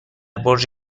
برج